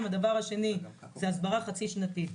2. הסברה חצי-שנתית.